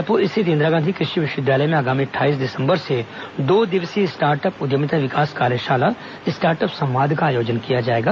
रायपुर स्थित इंदिरा गांधी कृषि विश्वविद्यालय में आगामी अट्ठाईस दिसंबर ेसे दो दिवसीय स्टार्टअप उद्यमिता विकास कार्यशाला स्टार्टअप संवाद का आयोजन किया जाएगा